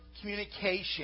communication